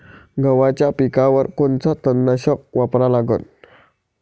गव्हाच्या पिकावर कोनचं तननाशक वापरा लागन?